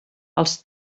els